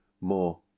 more